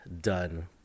done